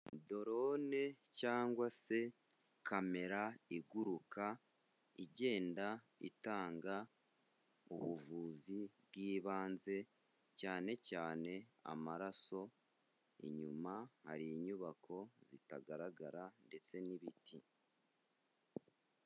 Dorone cyangwa se kamera iguruka igenda itanga ubuvuzi bw'ibanze cyane cyane amaraso, inyuma hari inyubako zitagaragara ndetse n'ibiti.